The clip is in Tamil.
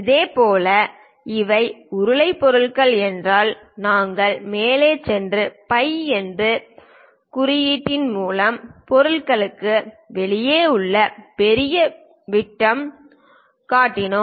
இதேபோல் இவை உருளை பொருள்கள் என்றால் நாங்கள் மேலே சென்று பை என்ற குறியீட்டின் மூலம் பொருளுக்கு வெளியே உள்ள பெரிய விட்டம் காட்டினோம்